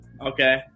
Okay